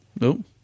No